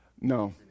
No